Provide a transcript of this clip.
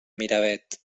miravet